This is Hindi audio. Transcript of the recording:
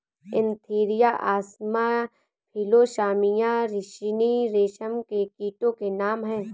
एन्थीरिया असामा फिलोसामिया रिसिनी रेशम के कीटो के नाम हैं